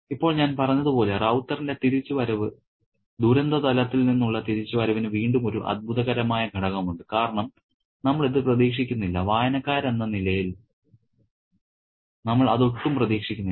ഇപ്പോൾ ഞാൻ പറഞ്ഞതുപോലെ റൌത്തറിന്റെ തിരിച്ച് വരവ് ദുരന്ത തലത്തിൽ നിന്നുള്ള തിരിച്ചുവരവിന് വീണ്ടും ഒരു അത്ഭുതകരമായ ഘടകമുണ്ട് കാരണം നമ്മൾ അത് പ്രതീക്ഷിക്കുന്നില്ല വായനക്കാരെന്ന നിലയിൽ നമ്മൾ അത് ഒട്ടും പ്രതീക്ഷിക്കുന്നില്ല